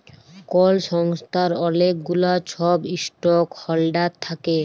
call সংস্থার অলেক গুলা ছব ইস্টক হল্ডার থ্যাকে